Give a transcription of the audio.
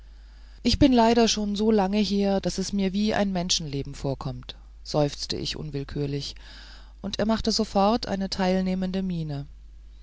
ich bin leider schon so lange hier daß es mir wie ein menschenleben vorkommt ich seufzte unwillkürlich und er machte sofort eine teilnehmende miene